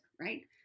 right